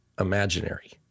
imaginary